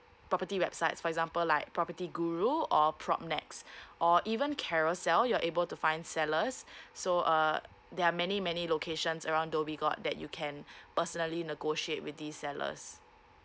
property websites for example like property guru or propnex or even carousell you're able to find sellers so uh there are many many locations around dhoby ghaut that you can personally negotiate with these sellars